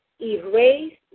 erase